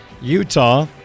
Utah